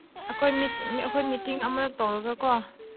ꯑꯩꯈꯣꯏ ꯑꯩꯈꯣꯏ ꯃꯤꯇꯤꯡ ꯑꯃ ꯇꯧꯔꯒꯀꯣ